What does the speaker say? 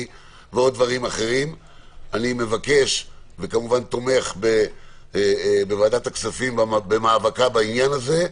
ועוד דברים אני מבקש וכמובן תומך בוועדת הכספים במאבקה בעניין הזה.